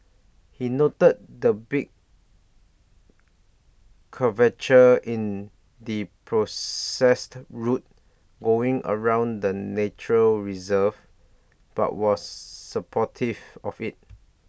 he noted the big curvature in the processed route going around the nature reserve but was supportive of IT